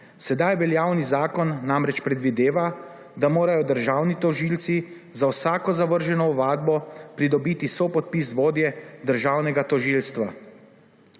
Sedaj veljavni zakon namreč predvideva, da morajo državni tožilci za vsako zavrženo ovadbo pridobiti sopodpis vodje državnega tožilstva.